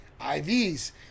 IVs